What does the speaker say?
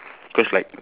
cause like